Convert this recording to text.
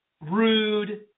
rude